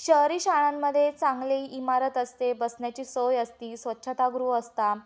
शहरी शाळांमध्ये चांगले इमारत असते बसण्याची सोय असते स्वच्छतागृह असतात